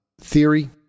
theory